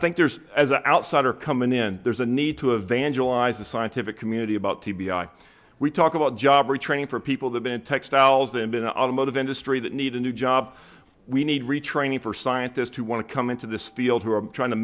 think there's as an outsider coming in there's a need to evangelize the scientific community about t b i we talk about job retraining for people that in textiles and in an automotive industry that need a new job we need retraining for scientists who want to come into this field who are trying to